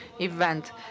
event